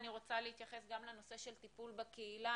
אני רוצה להתייחס גם לנושא של טיפול בקהילה,